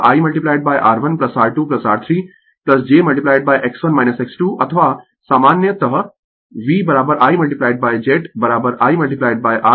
प्राप्त होगा I R1R2R3 j X1 X2 अथवा सामान्यतः V I Z I R jX